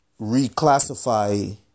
reclassify